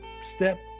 step